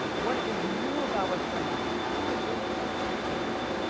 what is new about what's going on now is this scale.